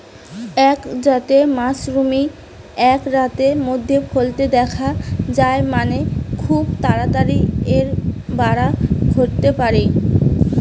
অনেক জাতের মাশরুমই এক রাতের মধ্যেই ফলতে দিখা যায় মানে, খুব তাড়াতাড়ি এর বাড়া ঘটতে পারে